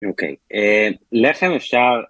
אוקיי לחם אפשר